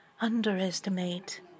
underestimate